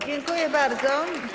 Dziękuję bardzo.